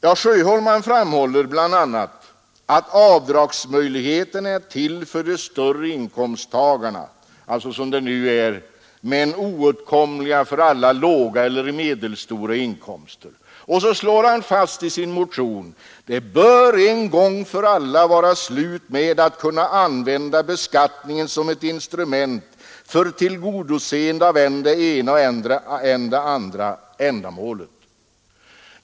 Herr Sjöholm framhåller i sin motion bl.a. att avdragsmöjligheterna är till för de större inkomsttagarna och oåtkomliga för alla med låga eller medelstora inkomster. Så slår han fast: Det bör en gång för alla vara slut med att kunna använda beskattningen som ett instrument för tillgodoseende av än det ena, än det andra ändamålet.